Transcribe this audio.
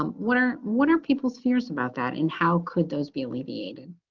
um what are what are people's fears about that and how could those be alleviated